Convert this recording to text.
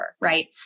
right